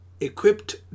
equipped